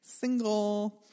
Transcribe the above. Single